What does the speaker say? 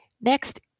Next